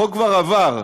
החוק כבר עבר,